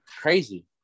crazy